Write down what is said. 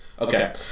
Okay